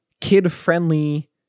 kid-friendly